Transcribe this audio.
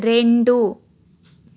రెండు